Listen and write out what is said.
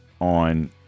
on